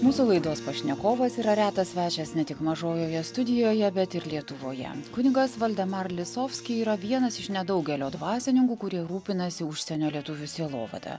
mūsų laidos pašnekovas yra retas svečias ne tik mažojoje studijoje bet ir lietuvoje kunigas valdemar lisovski yra vienas iš nedaugelio dvasininkų kurie rūpinasi užsienio lietuvių sielovada